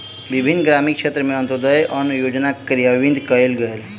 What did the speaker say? विभिन्न ग्रामीण क्षेत्र में अन्त्योदय अन्न योजना कार्यान्वित कयल गेल